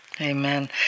Amen